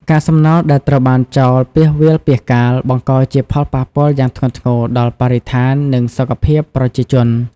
កាកសំណល់ដែលត្រូវបានចោលពាសវាលពាសកាល បង្កជាផលប៉ះពាល់យ៉ាងធ្ងន់ធ្ងរដល់បរិស្ថាន និងសុខភាពប្រជាជន។